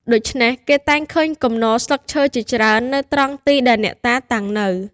ដូច្នេះ គេតែងឃើញគំនរស្លឹកឈើជាច្រើននៅត្រង់ទីដែលអ្នកតាតាំងនៅ។